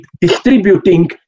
distributing